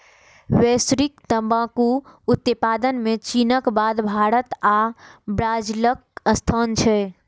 वैश्विक तंबाकू उत्पादन मे चीनक बाद भारत आ ब्राजीलक स्थान छै